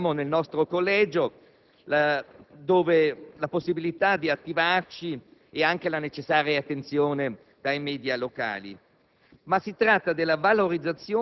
Lo sottolineo perché noi tutti abbiamo nel nostro collegio la possibilità di attivarci e ricevere la necessaria attenzione dai *media* locali.